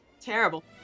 Terrible